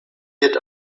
wird